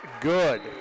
good